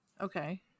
okay